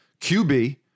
QB